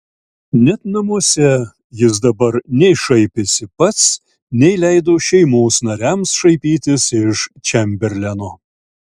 net namuose jis dabar nei šaipėsi pats nei leido šeimos nariams šaipytis iš čemberleno